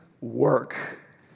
work